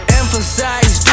emphasize